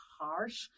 harsh